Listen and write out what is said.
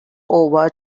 over